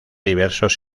diversos